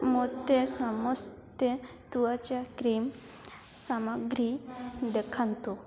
ମୋତେ ସମସ୍ତ ତ୍ଵଚା କ୍ରିମ୍ ସାମଗ୍ରୀ ଦେଖାନ୍ତୁ